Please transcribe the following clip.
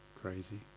crazy